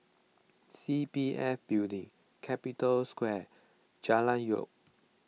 C P F Building Capital Square Jalan Elok